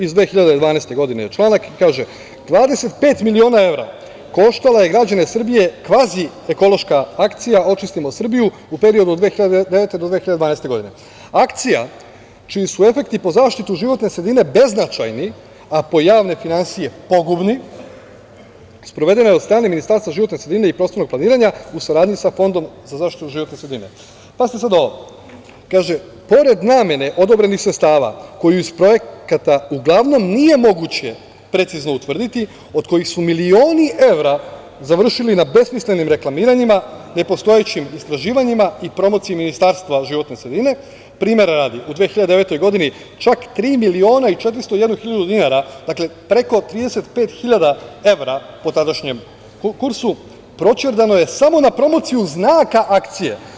Iz 2012. godine je članak, kaže: „Dvadesetpet miliona evra koštala je građane Srbije kvazi-ekološka akcija „Očistimo Srbiju“ u periodu od 2009. do 2012. godine, akcija, čiji su efekti po zaštitu životne sredine beznačajni, a po javne finansije pogubni, sprovedena je od strane Ministarstva životne sredine i prostornog planiranja u saradnji sa Fondom za zaštitu životne sredine.“ Pazite sad ovo, kaže: „Pored namene odobrenih sredstava koju iz projekata uglavnom nije moguće precizno utvrditi, od kojih su milioni evra završili na besmislenim reklamiranjima, nepostojećim istraživanjima i promociji Ministarstva životne sredine, primera radi, u 2009. godini čak 3.401.000 dinara.“ Dakle, preko 35.000 evra po tadašnjem kursu, proćerdano je samo na promociju znaka akcije.